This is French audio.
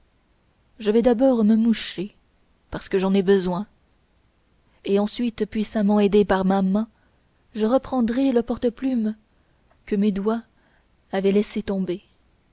je vais d'abord me moucher parce que j'en ai besoin et ensuite puissamment aidé par ma main je reprendrai le porte-plume que mes doigts avaient laissé tomber